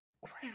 crap